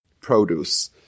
produce